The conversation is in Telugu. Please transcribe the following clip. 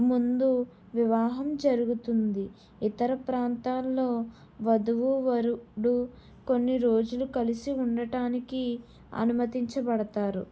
ముందు వివాహం జరుగుతుంది ఇతర ప్రాంతాల్లో వధువు వరుడు కొన్ని రోజులు కలిసి ఉండటానికి అనుమతించబడతారు